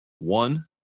one